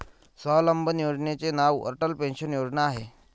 स्वावलंबन योजनेचे नाव अटल पेन्शन योजना आहे